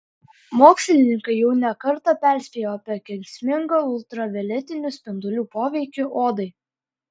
mokslininkai jau ne kartą perspėjo apie kenksmingą ultravioletinių spindulių poveikį odai